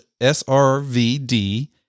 S-R-V-D